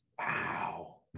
Wow